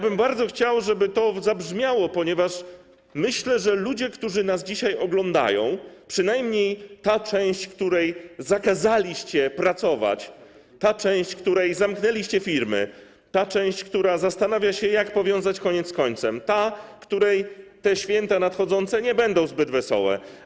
Bardzo bym chciał, żeby to zabrzmiało, ponieważ myślę, że ludzie, którzy nas dzisiaj oglądają, przynajmniej ta część, której zakazaliście pracować, ta część, której zamknęliście firmy, ta część, która zastanawia się, jak powiązać koniec z końcem, ta, dla której nadchodzące święta nie będą zbyt wesołe.